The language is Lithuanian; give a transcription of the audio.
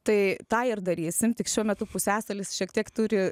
tai tą ir darysim tik šiuo metu pusiasalis šiek tiek turi